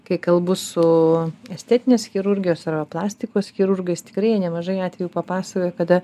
kai kalbu su estetinės chirurgijos arba plastikos chirurgais tikrai jie nemažai atvejų papasakojo kada